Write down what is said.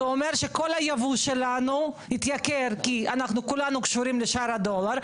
זה אומר שכל היבוא שלנו יתייקר כי אנחנו כולנו קשורים לשער הדולר,